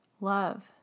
love